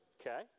Okay